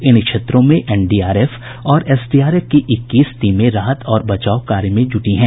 इन क्षेत्रों में एनडीआरएफ और एसडीआरएफ की इक्कीस टीमें राहत और बचाव कार्य में जुटी हैं